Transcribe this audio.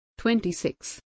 26